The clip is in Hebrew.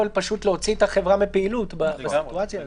להוציא את החברה מפעילות בסיטואציה הזאת.